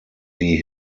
die